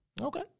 Okay